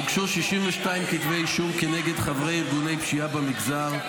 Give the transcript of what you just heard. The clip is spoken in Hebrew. הוגשו 62 כתבי אישום כנגד חברי ארגוני פשיעה במגזר.